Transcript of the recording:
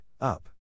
Up